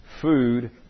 food